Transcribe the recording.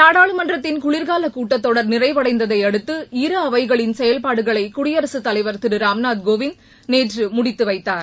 நாடாளுமன்றத்தின் குளிர்கால கூட்டத்தொடர் நிறைவடைந்ததை அடுக்து இரு அவைகளின் செயல்பாடுகளை குடியரகத் தலைவர் திரு ராம்நாத் கோவிந்த் நேற்று முடித்து வைத்தார்